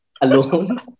alone